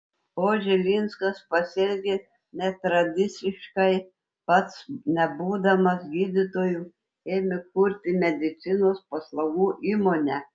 o žilinskas pasielgė netradiciškai pats nebūdamas gydytoju ėmė kurti medicinos paslaugų įmonę